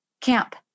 camp